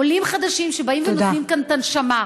עולים חדשים שבאים ונותנים כאן את הנשמה.